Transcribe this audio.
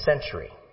century